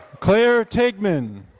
claire taigman,